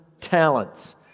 talents